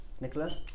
Nicola